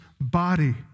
body